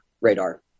radar